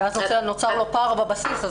ואז נוצר לו פער בבסיס,